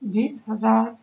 بیس ہزار